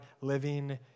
living